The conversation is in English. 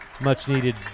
much-needed